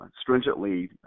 stringently